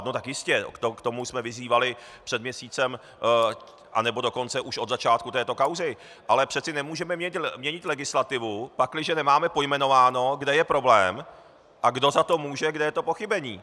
No tak jistě, k tomu jsme vyzývali před měsícem, anebo dokonce už od začátku této kauzy, ale přece nemůžeme měnit legislativu, pakliže nemáme pojmenováno, kde je problém a kdo za to může, kde je to pochybení.